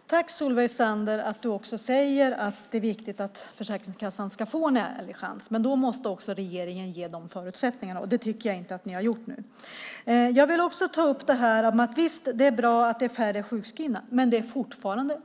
Fru talman! Tack, Solveig Zander, för att du säger att det är viktigt att Försäkringskassan ska få en ärlig chans! Men då måste också regeringen ge förutsättningarna, och det tycker jag inte att ni har gjort nu. Jag vill ta upp det här med sjukskrivningarna. Visst är det bra att det är färre sjukskrivna, men det är fortfarande